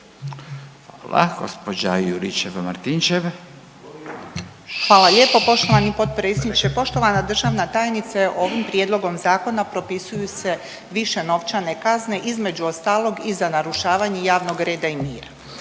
Branka (HDZ)** Hvala lijepo poštovani potpredsjedniče. Poštovana državna tajnice, ovim prijedlogom zakona propisuju se više novčane kazne, između ostalog i za narušavanje javnog reda i mira.